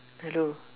hello